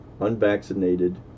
unvaccinated